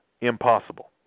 impossible